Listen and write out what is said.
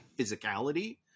physicality